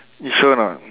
you sure not